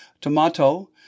Tomato